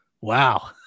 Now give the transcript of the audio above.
Wow